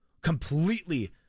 completely